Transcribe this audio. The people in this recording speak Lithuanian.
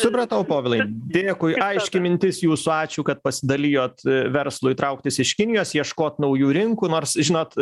supratau povilai dėkui aiški mintis jūsų ačiū kad pasidalijot verslui trauktis iš kinijos ieškot naujų rinkų nors žinot